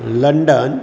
London